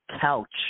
couch